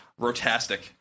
Rotastic